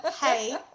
hey